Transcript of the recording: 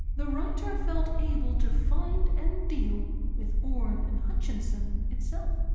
the writer felt able to find and deal with orne and hutchinson itself.